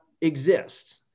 exist